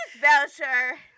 Belcher